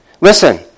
listen